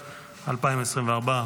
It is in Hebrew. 2024,